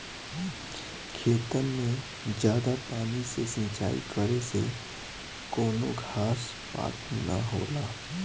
खेतन मे जादा पानी से सिंचाई करे से कवनो घास पात ना होला